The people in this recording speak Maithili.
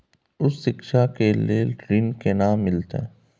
उच्च शिक्षा के लेल ऋण केना मिलते?